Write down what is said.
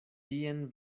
tien